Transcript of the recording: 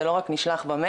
זה לא רק נשלח במייל,